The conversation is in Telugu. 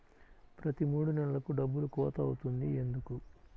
ప్రతి మూడు నెలలకు డబ్బులు కోత అవుతుంది ఎందుకు?